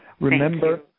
Remember